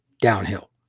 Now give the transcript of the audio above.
downhill